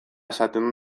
esaten